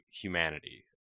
humanity